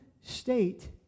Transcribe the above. state